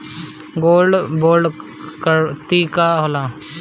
Gold bond करतिं का होला?